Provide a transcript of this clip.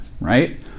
right